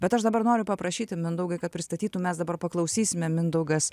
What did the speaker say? bet aš dabar noriu paprašyti mindaugai kad pristatytum mes dabar paklausysime mindaugas